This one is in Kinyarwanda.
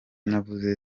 navuze